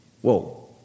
Whoa